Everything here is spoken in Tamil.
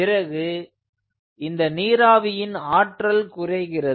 பிறகு இந்த நீராவியின் ஆற்றல் குறைகிறது